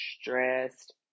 stressed